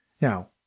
now